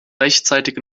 rechtzeitig